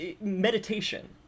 meditation